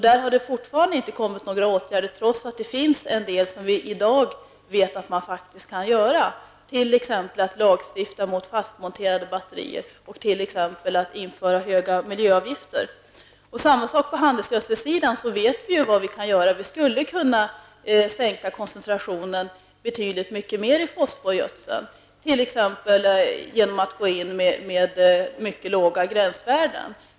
Det har fortfarande inte vidtagits några åtgärder, trots att vi i dag vet att det finns en del som man faktiskt kan göra, t.ex. att lagstifta mot fastmonterade batterier och att införa höga miljöavgifter. Samma sak gäller på handelsgödselsidan. Vi vet vad vi kan göra, och vi skulle kunna sänka koncentrationen av kadmium betydligt mycket mer i fosforgödseln, t.ex. genom mycket låga gränsvärden.